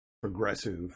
progressive